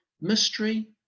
Mystery